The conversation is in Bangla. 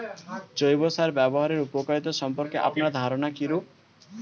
জৈব সার ব্যাবহারের উপকারিতা সম্পর্কে আপনার ধারনা কীরূপ?